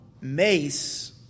mace